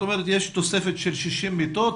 את אומרת שיש תוספת של 60 מיטות,